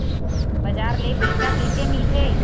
बजार ले पईसा कइसे मिलथे?